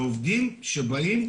רוצה שידאגו לעובדים שבאים לעבוד.